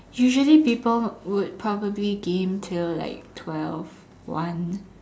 usually people would probably game till like twelve one